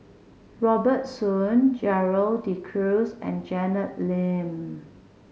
Robert Soon Gerald De Cruz and Janet Lim